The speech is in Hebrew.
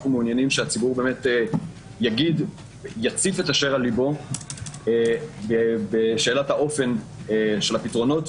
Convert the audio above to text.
אנחנו מעוניינים שהציבור יציף את אשר על לבו בשאלת האופן של הפתרונות,